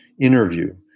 interview